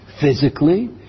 Physically